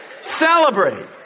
Celebrate